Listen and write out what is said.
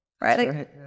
right